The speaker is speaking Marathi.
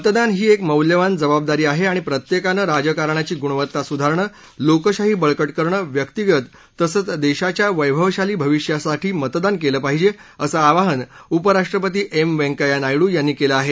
मतदान ही एक मौल्यवान जबाबदारी आहे आणि प्रत्येकानं राजकारणाची गुणवत्ता सुधारणं लोकशाही बळकट करणं व्यक्तीगत तसंच देशाच्या वैभवशाली भविष्यासाठी मतदान केलं पाहिजे असं आवाहन उपराष्ट्रपती एम व्यंकय्या नायडू यांनी केलं आहे